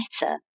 better